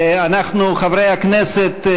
חברי הכנסת,